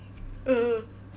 ah